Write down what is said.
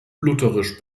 lutherisch